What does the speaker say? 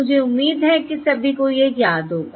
मुझे उम्मीद है कि सभी को वह याद होगा